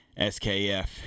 skf